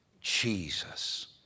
Jesus